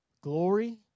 Glory